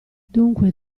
dunque